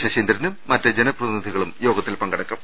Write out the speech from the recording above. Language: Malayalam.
ശശീന്ദ്രനും മറ്റ് ജനപ്രതിനിധികളും യോഗത്തിൽ പങ്കെടുക്കും